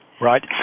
Right